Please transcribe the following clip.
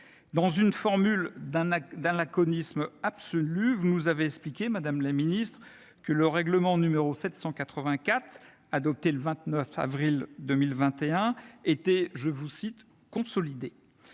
Dans une formule d'un laconisme absolu, vous nous avez expliqué, madame la ministre, que le règlement 2021/784, adopté le 29 avril 2021, était, je vous cite, « consolidé ».